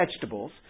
vegetables